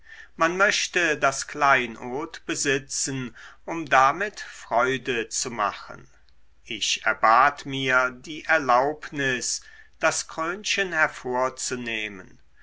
man möchte das kleinod besitzen um damit freude zu machen ich erbat mir die erlaubnis das krönchen hervorzunehmen